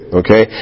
okay